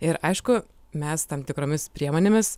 ir aišku mes tam tikromis priemonėmis